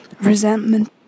resentment